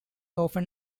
often